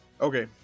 okay